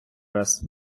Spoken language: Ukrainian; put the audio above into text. раз